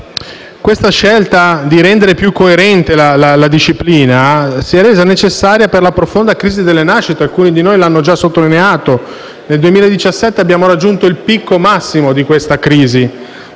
la scelta di rendere più coerente la disciplina si è resa necessaria per la profonda crisi delle nascite, come alcuni di noi hanno già sottolineato. Nel 2017 abbiamo raggiunto il picco massimo di questa crisi